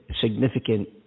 significant